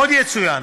עוד יצוין